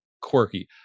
quirky